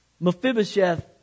Mephibosheth